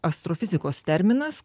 astrofizikos terminas